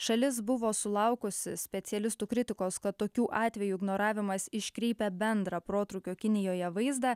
šalis buvo sulaukusi specialistų kritikos kad tokių atvejų ignoravimas iškreipia bendrą protrūkio kinijoje vaizdą